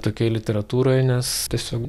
tokioj literatūroj nes tiesiog